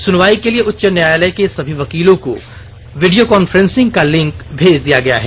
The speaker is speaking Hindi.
सुनवाई के लिए उच्च न्यायालय के सभी वकीलों को वीडियो कॉन्फ्रेसिंग का लिंक भेज दिया गया है